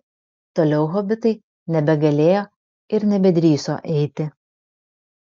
toliau hobitai nebegalėjo ir nebedrįso eiti